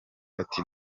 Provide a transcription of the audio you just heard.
ati